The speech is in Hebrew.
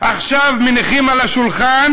עכשיו מניחים על השולחן